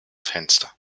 fenster